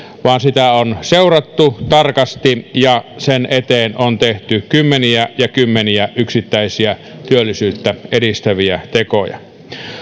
vaan sitä on seurattu tarkasti ja sen eteen on tehty kymmeniä ja kymmeniä yksittäisiä työllisyyttä edistäviä tekoja